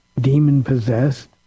demon-possessed